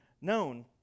known